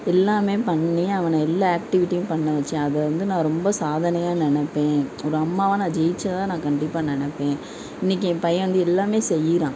எல்லாமே பண்ணி அவனை எல்லா ஆக்டிவிட்டியும் பண்ண வச்சேன் அது வந்து நான் ரொம்ப சாதனையாக நினப்பேன் ஒரு அம்மாவாக நான் ஜெயிச்சதாக நான் கண்டிப்பாக நினப்பேன் இன்றைக்கு என் பையன் வந்து எல்லாமே செய்கிறான்